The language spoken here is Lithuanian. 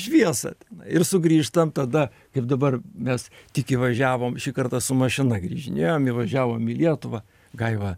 šviesą ir sugrįžtam tada ir dabar mes tik įvažiavom šį kartą su mašina grįžinėjom įvažiavom į lietuvą gaiva